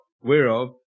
whereof